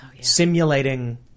simulating